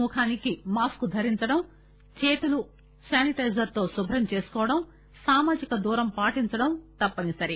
ముఖానికి మాస్కు ధరించడం చేతులు శానిటైజర్ తో శుభ్రం చేసుకోవడం సామాజిక దూరం పాటించడం తప్పనిసరి